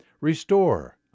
Restore